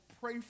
pray